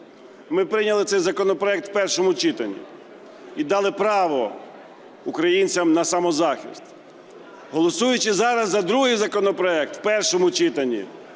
Ми прийняли цей законопроект в першому читанні і дали право українцям на самозахист. Голосуючи зараз за другий законопроект в першому читанні,